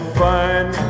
fine